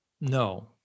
No